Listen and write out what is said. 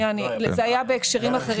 זה היה בהקשרים אחרים.